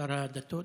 שר הדתות.